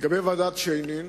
לגבי ועדת-שיינין,